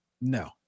No